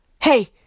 Hey